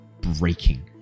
breaking